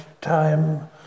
time